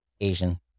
Asian